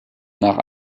nach